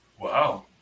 Wow